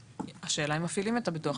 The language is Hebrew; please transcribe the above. השאלה אם מפעילים את הביטוח.